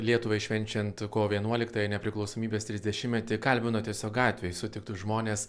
lietuvai švenčiant kovo vienuoliktąją nepriklausomybės trisdešimtmetį kalbino tiesiog gatvėj sutiktus žmones